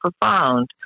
profound